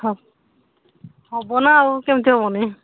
ହ ହବନା ଆଉ କେମିତି ହବନି